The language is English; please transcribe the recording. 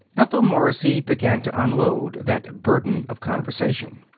ethel morrissey began to unload that burden of conversation.